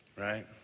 right